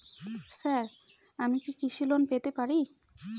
Sir আমি কি কৃষি লোন পেতে পারি?